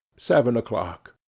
seven o'clock.